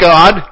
God